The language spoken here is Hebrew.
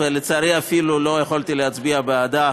ולצערי אפילו לא יכולתי להצביע בעדה,